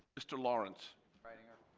mr. lawrence reitinger.